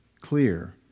clear